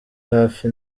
hafi